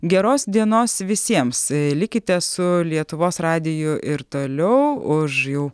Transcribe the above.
geros dienos visiems likite su lietuvos radiju ir toliau už jau